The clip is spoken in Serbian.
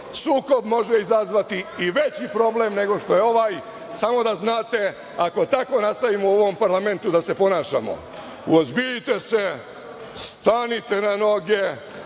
Sukob može izazvati i veći problem, nego što je ovaj. Samo da znate ako tako nastavimo u ovom parlamentu da se ponašamo. Uozbiljite se, stanite na noge,